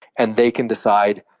and they can decide,